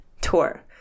tour